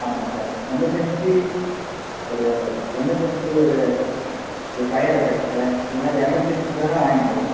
ஆமாங்க sir emergency ஒரு emergency ஒரு ஃபையர் அஃபெக்ட்டு இதுமாரி எமர்ஜென்ஸிக்கு வேணுனா வாங்கிக்கலாம்